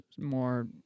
more